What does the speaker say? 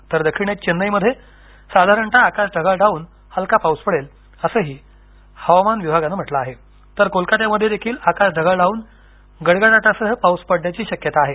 तर दक्षिणेत चेन्नईमध्ये साधारणतः आकाश ढगाळ राहून हलका पाऊस पडेल असंही हवामान विभागानं म्हटलं आहे तर कोलकातामध्येदेखील आकाश ढगाळ राहून गडगडाटासह पाऊस पडण्याची शक्यता आहे